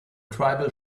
tribal